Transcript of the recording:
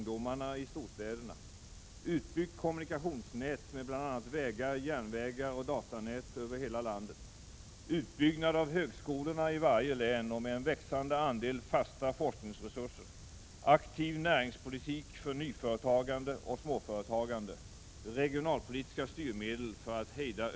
Detta kräver utvecklingsmöjligheter i hela landet: - Utbyggnad av högskolorna i varje län och med en växande andel fasta forskningsresurser.